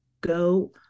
go